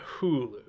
hulu